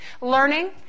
learning